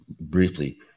briefly